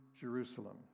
Jerusalem